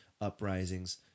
uprisings